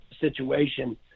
situation